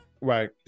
Right